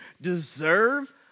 deserve